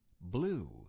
blue